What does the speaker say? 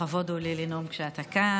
לכבוד הוא לי לנאום כשאתה כאן.